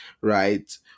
right